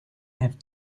have